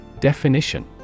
Definition